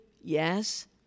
yes